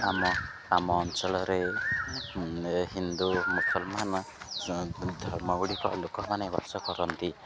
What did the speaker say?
ଆମ ଆମ ଅଞ୍ଚଳରେ ହିନ୍ଦୁ ମୁସଲମାନ ଧର୍ମ ଗୁଡ଼ିକ ଲୋକମାନେ ବାସ କରନ୍ତି